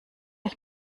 ich